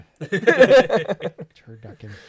Turducken